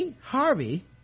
Harvey